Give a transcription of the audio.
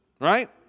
Right